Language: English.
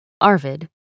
Arvid